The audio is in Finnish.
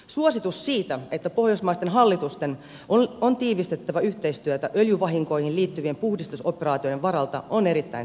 suositus siitä että pohjoismaisten hallitusten on tiivistettävä yhteistyötä öljyvahinkoihin liittyvien puhdistusoperaatioiden varalta on erittäin tärkeä